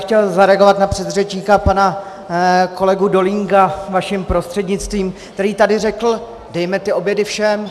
Chtěl bych zareagovat na předřečníka pana kolegu Dolínka vaším prostřednictvím, který tady řekl: Dejme ty obědy všem!